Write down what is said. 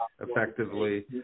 effectively